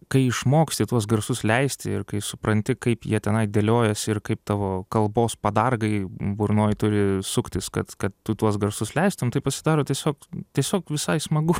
kai išmoksti tuos garsus leisti ir kai supranti kaip jie tenai dėliojasi ir kaip tavo kalbos padargai burnoj turi suktis kad kad tu tuos garsus leistum tai pasidaro tiesiog tiesiog visai smagu